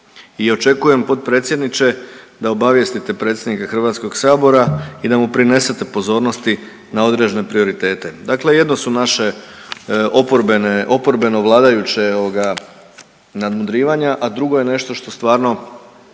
i očekujem potpredsjedniče da obavijestite predsjednika HS i da mu prinesete pozornosti na određene prioritete, dakle jedno su naše oporbene, oporbeno vladajuće ovoga nadmudrivanja, a drugo je nešto što stvarno